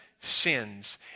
sins